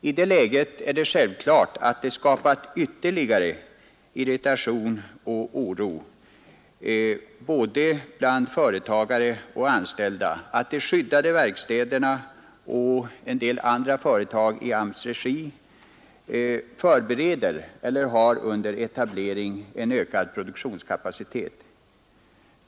I det läget är det självklart att det bland både företagare och anställda har skapat ytterligare irritation och oro att de skyddade verkstäderna och en del andra företag i AMS:s regi förbereder eller har under etablering en ökad produktionskapacitet.